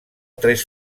tres